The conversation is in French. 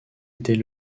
était